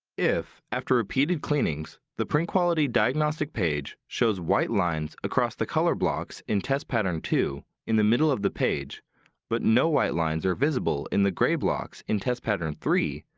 if, after repeated cleanings, the print quality diagnostic page shows white lines across the color blocks in test pattern two in the middle of the page but no white lines are visible in the gray blocks in test pattern three,